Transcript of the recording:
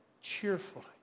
cheerfully